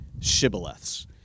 shibboleths